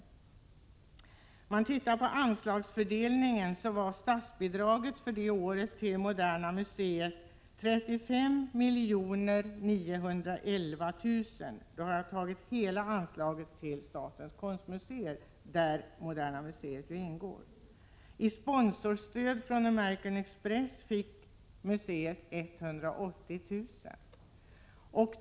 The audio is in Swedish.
Statsbidraget till Moderna museet för 1984/85 var 35 911 000 kr. Det är alltså hela anslaget till statens konstmuseer, där Moderna museet ingår. I sponsorstöd från American Express fick museet 180 000 kr.